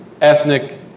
ethnic